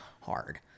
hard